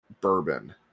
bourbon